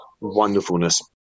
wonderfulness